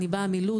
אני באה מלוד,